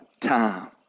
time